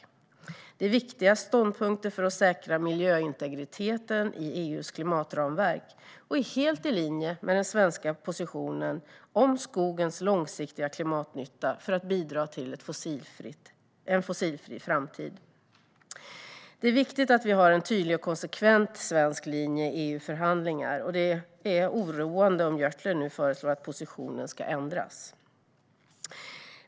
Detta är viktiga ståndpunkter för att säkra miljöintegriteten i hela EU:s klimatramverk och helt i linje med den svenska positionen om skogens långsiktiga klimatnytta för att bidra till en fossilfri framtid. Det är viktigt att vi har en tydlig och konsekvent svensk linje i EU-förhandlingar, och det är oroande om Jonas Jacobsson Gjörtler nu föreslår att positionen ska ändras.